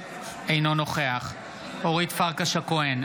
אינו נוכח אורית פרקש הכהן,